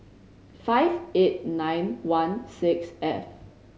five eight nine one six F